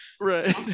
Right